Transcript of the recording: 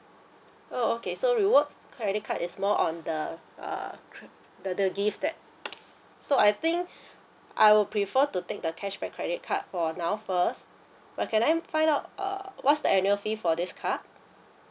oh okay so rewards credit card is more on the uh cr~ the the gifts that so I think I will prefer to take the cashback credit card for now first but can I find out uh what's the annual fee for this card